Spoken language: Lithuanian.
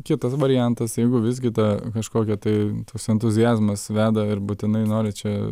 kitas variantas jeigu visgi ta kažkokia tai tas entuziazmas veda ir būtinai nori čia